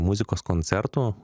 muzikos koncertų